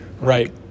Right